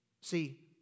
See